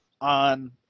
on